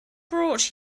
brought